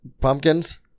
Pumpkins